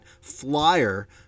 flyer